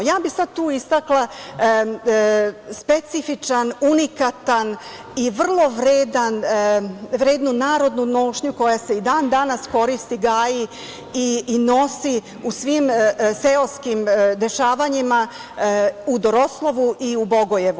Ja bih sada tu istakla specifičan unikatan i vrlo vrednu narodnu nošnju koja se i dan danas koristi, gaji i nosi u svim seoskim dešavanjima u Doroslovu i u Bogojevu.